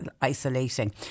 isolating